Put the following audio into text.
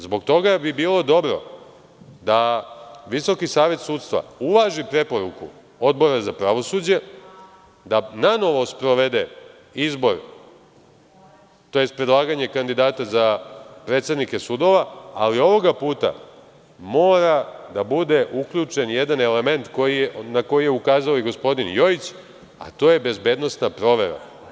Zbog toga bi bilo dobro da VSS uvaži preporuku Odbora za pravosuđe, da nanovo sprovede izbor, odnosno predlaganje kandidata za predsednike sudova, ali ovog puta, mora da bude uključen jedan element na koji je ukazao i gospodin Jojić, a to je bezbednosna provera.